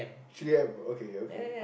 three M okay okay